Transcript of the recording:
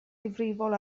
difrifol